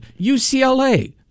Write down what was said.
UCLA